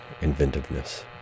inventiveness